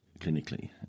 clinically